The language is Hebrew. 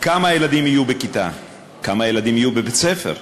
כמה ילדים יהיו בכיתה, כמה ילדים יהיו בבית-ספר,